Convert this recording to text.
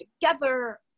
together